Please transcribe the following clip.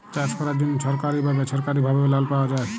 চাষ ক্যরার জ্যনহে ছরকারি বা বেছরকারি ভাবে লল পাউয়া যায়